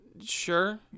Sure